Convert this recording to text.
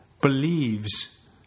believes